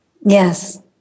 Yes